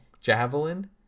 Javelin